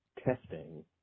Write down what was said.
testing